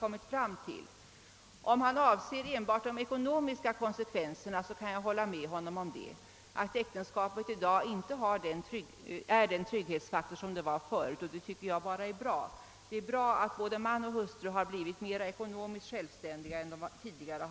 Om han avser enbart de ekonomiska konsekvenserna kan jag hålla med honom om att äktenskapet i dag inte är den trygghetsinrättning som det var tidigare, vilket är en tendens i rätt riktning. Det är också bra att både man och hustru blivit självständigare än de varit förut.